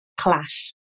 clash